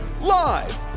Live